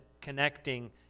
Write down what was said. connecting